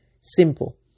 Simple